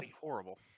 horrible